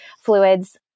fluids